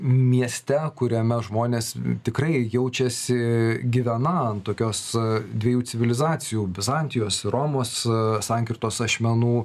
mieste kuriame žmonės tikrai jaučiasi gyveną ant tokios dviejų civilizacijų bizantijos romos sankirtos ašmenų